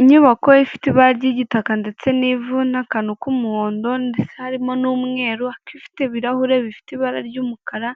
Inyubako ifite ibara ry'igitaka ndetse n'ivu n'akantu k'umuhondo ndetse harimo n'umweru, ariko ibifite ibirahure bifite ibara ry'umukara